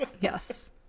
Yes